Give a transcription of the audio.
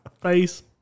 face